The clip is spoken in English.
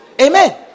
Amen